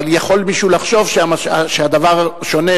אבל יכול מישהו לחשוב שם שהדבר שונה,